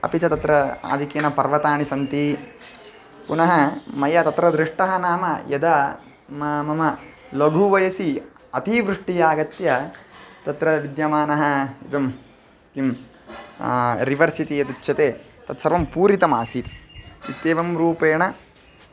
अपि च तत्र आधिक्येन पर्वतानि सन्ति पुनः मया तत्र दृष्टं नाम यदा मम लघुवयसि अतिवृष्टिः आगत्य तत्र विद्यमानः इदं किं रिवर्स् इति यदुच्यते तत्सर्वं पूरितम् आसीत् इत्येवं रूपेण